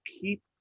keep